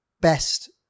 best